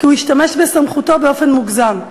כי הוא השתמש בסמכותו באופן מוגזם.